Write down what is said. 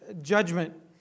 judgment